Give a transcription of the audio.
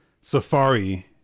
Safari